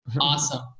Awesome